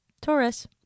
Taurus